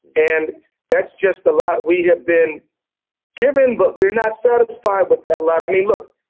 and that's just the lot we have been given, but we are not satisfied with that lot. i mean, look,